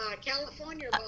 California